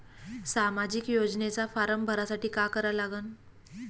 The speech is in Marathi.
सामाजिक योजनेचा फारम भरासाठी का करा लागन?